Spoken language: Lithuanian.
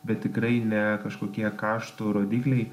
bet tikrai ne kažkokie kaštų rodikliai